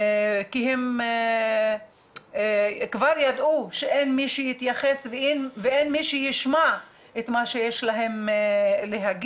כי הם כבר יודעים שאין מי שיתייחס ואין מי שישמע את מה שיש להם להגיד.